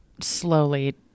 slowly